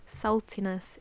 saltiness